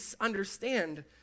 understand